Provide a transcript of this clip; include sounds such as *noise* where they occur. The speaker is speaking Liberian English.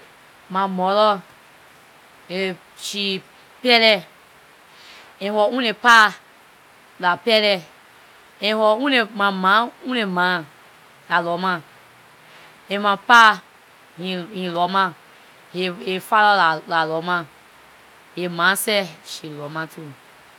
My mother, *hesitation* she kpelle, and her ownlor pa, dah kpelle, and her ownlor- my ma ownlor ma, dah lorma; and my pa, he- he lorma, hi- his father dah lorma, his ma seh, she lorma too.